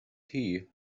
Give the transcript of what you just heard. hear